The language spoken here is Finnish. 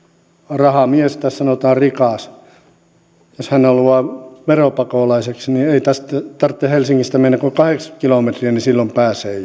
rahamies tai sanotaan rikas haluaa veropakolaiseksi niin ei tarvitse helsingistä mennä kuin kahdeksankymmentä kilometriä niin silloin pääsee